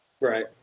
Right